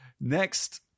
Next